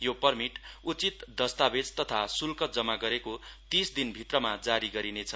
यो पर्मिट उचित दस्तावेज तथा श्ल्क जमा गरेको तीस दिन भित्रमा जारी गरिनेछ